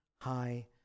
high